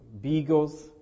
beagles